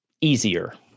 easier